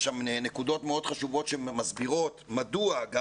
יש שם נקודות מאוד חשובות שמסבירות מדוע גם